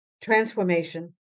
transformation